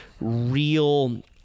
real